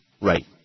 Right